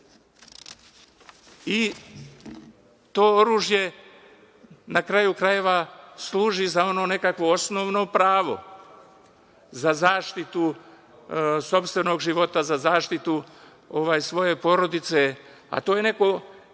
i to oružje, na kraju krajeva, služi nekako za ono osnovno pravo, za zaštitu sopstvenog života, za zaštitu svoje porodice, a to je neko